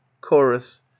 Chorus